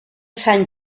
sant